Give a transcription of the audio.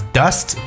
dust